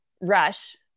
rush